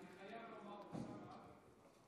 אני חייב לומר, אוסאמה,